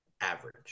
average